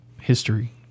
history